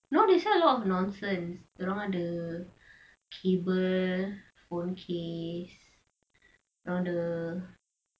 no they sell a lot of nonsense dorang ada cable phone case ada